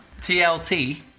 TLT